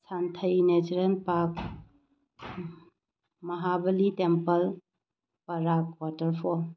Santhei natural park Mahabali temple Barak waterfall